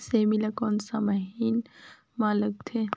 सेमी ला कोन सा महीन मां लगथे?